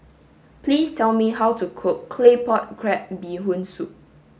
please tell me how to cook claypot crab bee hoon soup